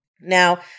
Now